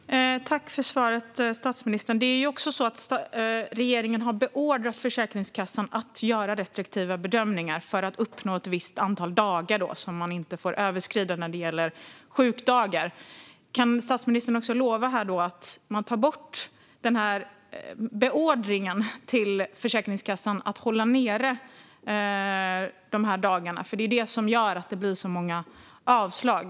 Herr talman! Tack för svaret, statsministern! Det är ju också så att regeringen har beordrat Försäkringskassan att göra restriktiva bedömningar för att uppnå ett visst antal dagar som man inte får överskrida när det gäller sjukdagar. Kan statsministern lova att man tar bort ordern till Försäkringskassan att hålla nere dessa dagar? Det är ju det som gör att det blir så många avslag.